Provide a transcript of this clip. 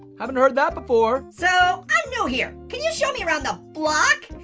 haven't heard that before. so, i'm new here. can you show me around the block?